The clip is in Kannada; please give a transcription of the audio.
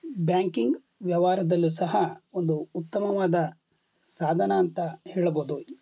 ಬ್ಯಾಂಕಿಂಗ್ ವ್ಯವಹಾರ್ದಲ್ಲೂ ಸಹ ಒಂದು ಉತ್ತಮವಾದ ಸಾಧನ ಅಂತ ಹೇಳಬೋದು ಅದು